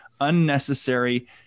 unnecessary